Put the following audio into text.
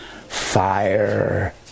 fire